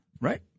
Right